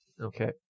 Okay